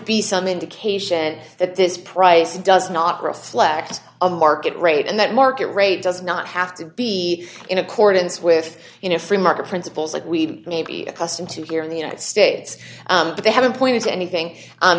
be some indication that this price does not reflect a market rate and that market rate does not have to be in accordance with you know free market principles that we may be accustomed to here in the united states that they haven't pointed to anything